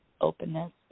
Openness